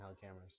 cameras